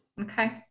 Okay